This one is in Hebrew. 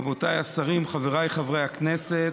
רבותיי השרים, חבריי חברי הכנסת,